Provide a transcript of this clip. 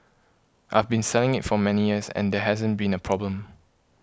I have been selling it for many years and there hasn't been a problem